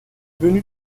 venu